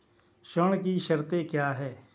ऋण की शर्तें क्या हैं?